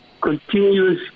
continuous